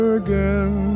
again